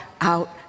out